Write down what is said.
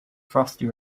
frosty